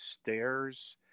stairs